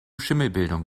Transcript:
schimmelbildung